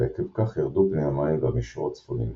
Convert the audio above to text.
ועקב כך ירדו פני המים והמישור הצפוני נחשף.